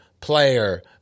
player